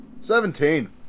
seventeen